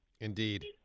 Indeed